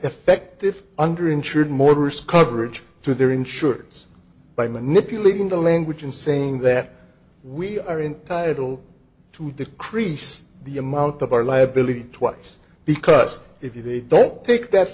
effective under insured more risk coverage to their insurance by manipulating the language and saying that we are entitle to the crease the amount of our liability twice because if they don't take that